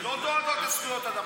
לא דואגות לזכויות אדם.